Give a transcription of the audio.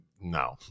no